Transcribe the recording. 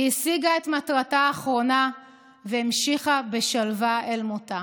היא השיגה את מטרתה האחרונה והמשיכה בשלווה אל מותה.